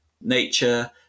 nature